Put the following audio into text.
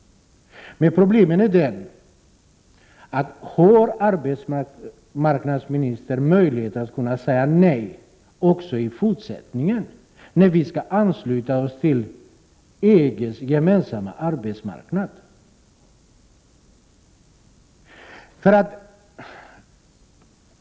Frågan är bara om arbetsmarknadsministern kan säga nej även framöver, när vi skall ansluta oss till EG:s gemensamma arbetsmarknad.